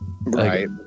Right